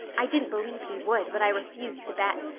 i didn't believe he would, but i refused to bet,